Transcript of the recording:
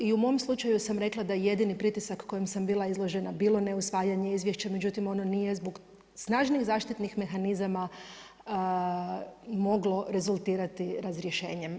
I u mom slučaju sam rekla da je jedini pritisak kojem sam bila izložena je bilo neusvajanje izvješća, međutim ona nije zbog snažnih zaštitnih mehanizama moglo rezultirati razrješenjem.